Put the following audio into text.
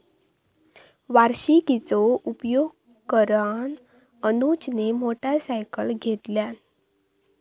वार्षिकीचो उपयोग करान अनुजने मोटरसायकल घेतल्यान